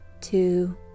two